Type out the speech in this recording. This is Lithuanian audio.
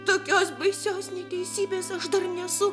tokios baisios neteisybės aš dar nesu